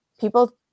people